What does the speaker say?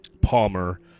Palmer